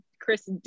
Chris